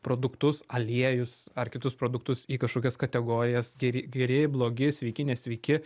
produktus aliejus ar kitus produktus į kažkokias kategorijas geri geri blogi sveiki nesveiki